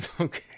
Okay